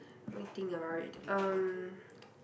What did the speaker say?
let me think about it um